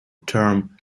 term